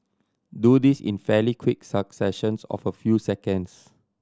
do this in fairly quick successions of a few seconds